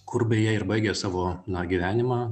kur beje ir baigė savo na gyvenimą